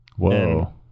Whoa